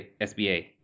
SBA